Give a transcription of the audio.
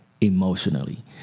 emotionally